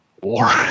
war